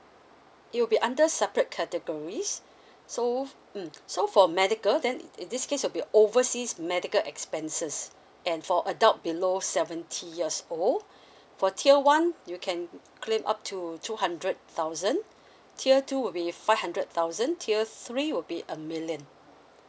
it will be under separate categories so mm so for medical then in this case will be overseas medical expenses and for adult below seventy years old for tier one you can claim up to two hundred thousand tier two would be five hundred thousand tier three will be a million